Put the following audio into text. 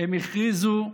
הם הכריזו,